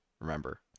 remember